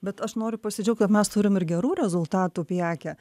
bet aš noriu pasidžiaugt kad mes turim ir gerų rezultatų pijake